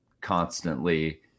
constantly